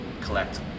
collect